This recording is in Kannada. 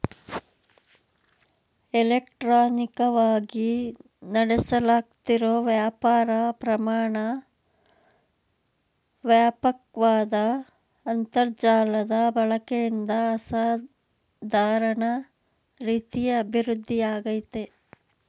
ಇಲೆಕ್ಟ್ರಾನಿಕವಾಗಿ ನಡೆಸ್ಲಾಗ್ತಿರೋ ವ್ಯಾಪಾರ ಪ್ರಮಾಣ ವ್ಯಾಪಕ್ವಾದ ಅಂತರ್ಜಾಲದ ಬಳಕೆಯಿಂದ ಅಸಾಧಾರಣ ರೀತಿ ಅಭಿವೃದ್ಧಿಯಾಗಯ್ತೆ